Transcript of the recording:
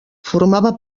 formava